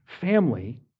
family